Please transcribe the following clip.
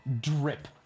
drip